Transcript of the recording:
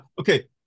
Okay